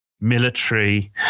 military